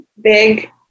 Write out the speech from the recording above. big